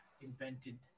invented